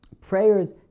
prayers